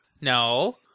No